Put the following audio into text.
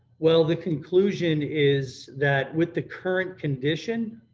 well, the conclusion is that with the current condition,